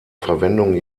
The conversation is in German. verwendung